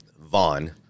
Vaughn